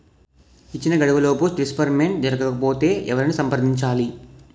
ఇచ్చిన గడువులోపు డిస్బర్స్మెంట్ జరగకపోతే ఎవరిని సంప్రదించాలి?